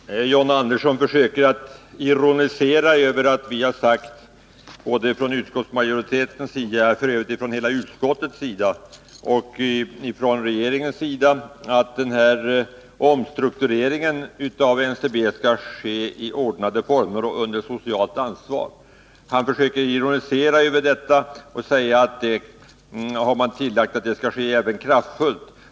Herr talman! John Andersson försöker ironisera över att man från både utskottets och regeringens sida har sagt att denna omstrukturering av NCB skall ske i ordnade former och under socialt ansvar. Han försöker också ironisera Över tillägget att det skall ske kraftfullt.